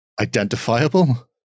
identifiable